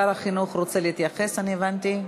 שר החינוך רוצה להתייחס, הבנתי.